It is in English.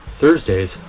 Thursdays